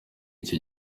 icyo